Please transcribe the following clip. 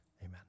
Amen